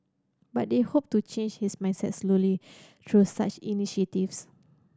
but they hope to change his mindset slowly through such initiatives